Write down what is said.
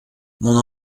mon